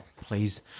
please